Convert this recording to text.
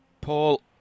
Paul